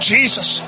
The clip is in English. Jesus